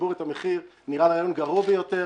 הציבור את המחיר נראה רעיון גרוע ביותר.